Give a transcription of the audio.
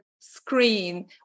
screen